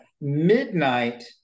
midnight